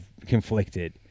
conflicted